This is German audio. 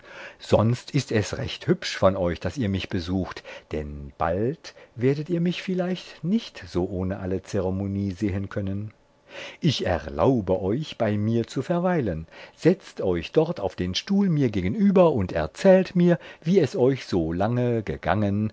sonst ist es recht hübsch von euch daß ihr mich besucht denn bald werdet ihr mich vielleicht nicht so ohne alle zeremonie sehen können ich erlaube euch bei mir zu verweilen setzt euch dort auf den stuhl mir gegenüber und erzählt mir wie es euch so lange gegangen